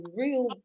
real